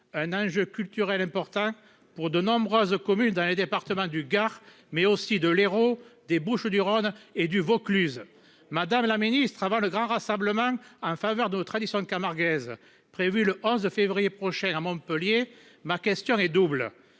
une question culturelle importante pour de nombreuses communes dans les départements du Gard, mais aussi de l'Hérault, des Bouches-du-Rhône et du Vaucluse. Avant le grand rassemblement en faveur de nos traditions camarguaises prévu le 11 février prochain à Montpellier, ma question est double.